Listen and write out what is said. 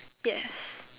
yes